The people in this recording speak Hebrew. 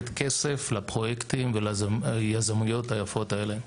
כסף לפרויקטים וליזמויות היפות האלה.